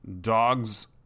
dogs